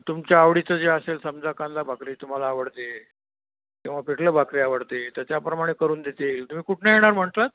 तुमच्या आवडीचं जे असेल समजा कांदा भाकरी तुम्हाला आवडते किंवा पिठलं भाकरी आवडते त्याच्याप्रमाणे करून देता येईल तुम्ही कुठून येणार म्हटलात